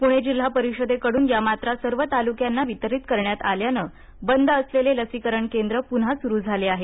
पुणे जिल्हा परिषदेकडून या मात्रा सर्व तालुक्यांना वितरीत करण्यात आल्यानं बंद असलेले लसीकरण केंद्र पुन्हा सुरू झाले आहेत